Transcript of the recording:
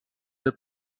der